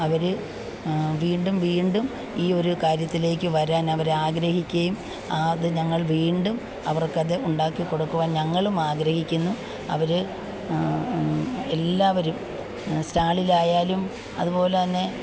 അവർ വീണ്ടും വീണ്ടും ഈ ഒരു കാര്യത്തിലേക്ക് വരാൻ അവർ ആഗ്രഹിക്കുകയും ആ അത് ഞങ്ങൾ വീണ്ടും അവർക്ക് അത് ഉണ്ടാക്കി കൊടുക്കുവാൻ ഞങ്ങളും ആഗ്രഹിക്കുന്നു അവർ എല്ലാവരും സ്റ്റാളിലായാലും അതുപോലെ തന്നെ